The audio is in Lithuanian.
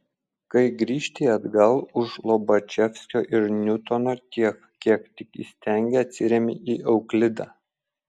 kai grįžti atgal už lobačevskio ir niutono tiek kiek tik įstengi atsiremi į euklidą